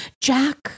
Jack